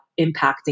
impacting